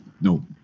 No